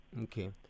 Okay